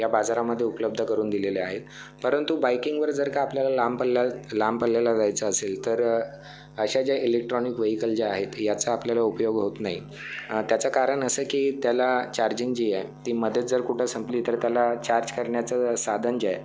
या बाजारामध्ये उपलब्ध करून दिलेल्या आहेत परंतु बायकिंगवर जर का आपल्याला लांब पल्ल्या लांब पल्ल्याला जायचं असेल तर अशा ज्या इलेक्ट्रॉनिक व्हेईकल ज्या आहेत याचा आपल्याला उपयोग होत नाही त्याचं कारण असं की त्याला चार्जिंग जी आहे ती मध्येच जर कुठं संपली तर त्याला चार्ज करण्याचं साधन जे आहे